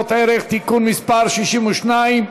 הצעת חוק ניירות ערך (תיקון מס' 62),